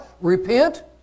repent